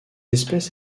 espèce